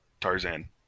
Tarzan